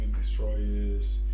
destroyers